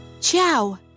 ciao